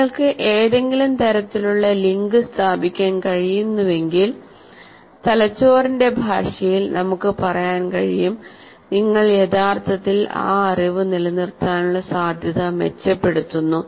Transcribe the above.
നിങ്ങൾക്ക് ഏതെങ്കിലും തരത്തിലുള്ള ലിങ്ക് സ്ഥാപിക്കാൻ കഴിയുന്നുവെങ്കിൽതലച്ചോറിന്റെ ഭാഷയിൽ നമുക്ക് പറയാൻ കഴിയും നിങ്ങൾ യഥാർത്ഥത്തിൽ ആ അറിവ് നിലനിർത്താനുള്ള സാധ്യത മെച്ചപ്പെടുത്തുന്നു